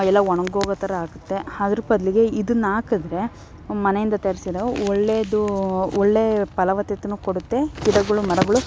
ಎಲ್ಲ ಒಣಗ್ಹೋಗೋ ಥರ ಆಗುತ್ತೆ ಅದ್ರ ಬದಲಿಗೆ ಇದನ್ನು ಹಾಕಿದ್ರೆ ಮನೆಯಿಂದ ತಯಾರಿಸಿರೋ ಒಳ್ಳೆಯದು ಒಳ್ಳೆಯ ಫಲವತ್ತತೇನು ಕೊಡುತ್ತೆ ಗಿಡಗಳು ಮರಗಳು